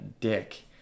dick